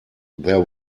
there